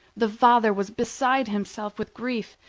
the father was beside himself with grief,